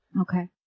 Okay